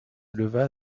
leva